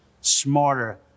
smarter